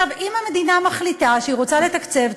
אם המדינה מחליטה שהיא רוצה לתקצב את